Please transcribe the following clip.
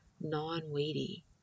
non-weighty